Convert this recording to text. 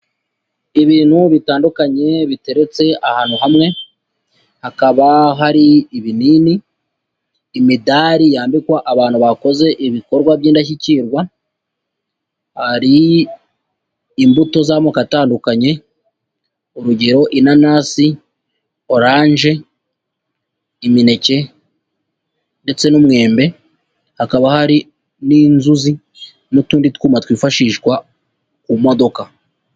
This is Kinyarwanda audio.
Ibintu bitandukanye biteretse ahantu hamwe, hakaba hari ibinini, imidari yambikwa abantu bakoze ibikorwa by'indashyikirwa, hari imbuto z'amoko atandukanye urugero inanasi, oranje, imineke ndetse n'umwembe, hakaba hari n'inzuzi n'utundi tw'uma twifashishwa ku modoka.